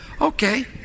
Okay